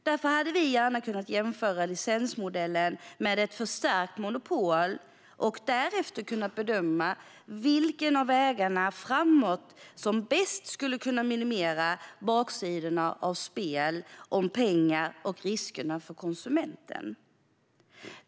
Därför hade vi gärna velat jämföra licensmodellen med ett förstärkt monopol för att därefter kunna bedöma vilken av vägarna framåt som bäst skulle kunna minimera baksidorna av spel om pengar samt riskerna för konsumenten.